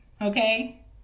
Okay